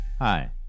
Hi